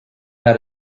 had